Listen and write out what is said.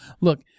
look